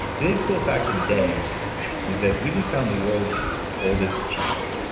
today's cool fact of the day is that we just found the world's oldest cheese.